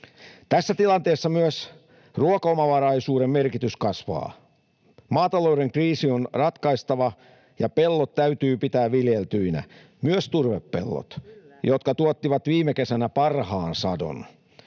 Tässä tilanteessa myös ruokaomavaraisuuden merkitys kasvaa. Maatalouden kriisi on ratkaistava ja pellot täytyy pitää viljeltyinä, myös turvepellot, jotka tuottivat viime kesänä parhaan sadon.